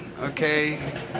okay